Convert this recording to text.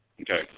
Okay